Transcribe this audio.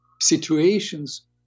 situations